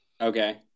Okay